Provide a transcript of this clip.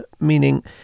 Meaning